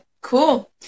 cool